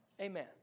Amen